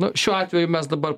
nu šiuo atveju mes dabar